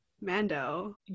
Mando